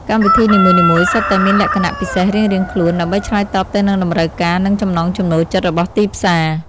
កម្មវិធីនីមួយៗសុទ្ធតែមានលក្ខណៈពិសេសរៀងៗខ្លួន ដើម្បីឆ្លើយតបទៅនឹងតម្រូវការ និងចំណង់ចំណូលចិត្តរបស់ទីផ្សារ។